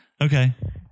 Okay